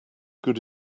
good